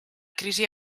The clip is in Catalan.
crisi